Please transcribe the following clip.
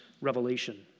revelation